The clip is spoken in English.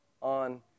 on